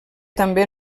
també